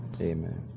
amen